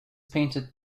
painted